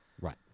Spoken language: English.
Right